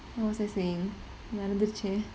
what was I saying மறந்துடிச்சு:maranthuduchu